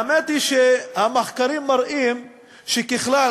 והאמת היא שהמחקרים מראים שככלל,